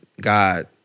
God